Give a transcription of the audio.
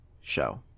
show